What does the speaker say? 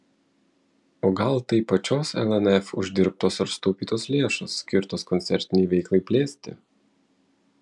o gal tai pačios lnf uždirbtos ar sutaupytos lėšos skirtos koncertinei veiklai plėsti